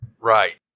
Right